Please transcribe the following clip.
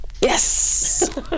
Yes